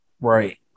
Right